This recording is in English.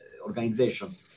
organization